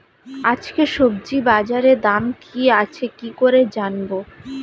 আজকে সবজি বাজারে দাম কি আছে কি করে জানবো?